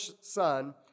son